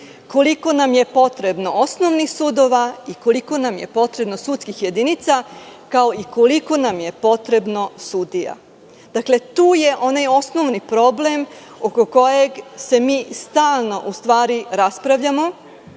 koliko nam je potrebno osnovnih sudova i koliko nam je potrebno sudskih jedinica , kao i koliko nam je potrebno sudija. Dakle, tu je onaj osnovni problem oko kojeg se mi stalno raspravljamo